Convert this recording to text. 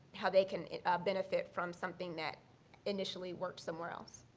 how they can benefit from something that initially worked somewhere else.